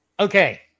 Okay